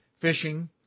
fishing